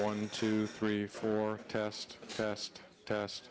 one two three four test test test